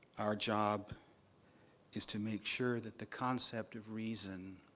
our job is to make sure that the concept of reason,